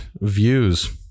views